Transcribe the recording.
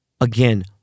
again